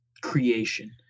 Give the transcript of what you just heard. creation